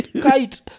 kite